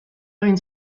egin